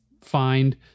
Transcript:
find